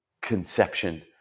conception